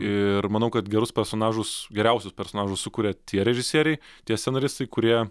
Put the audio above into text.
ir manau kad gerus personažus geriausius personažus sukuria tie režisieriai tie scenaristai kurie